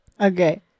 Okay